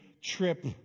trip